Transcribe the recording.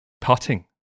putting